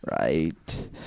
Right